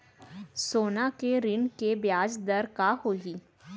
सोना के ऋण के ब्याज दर का होही?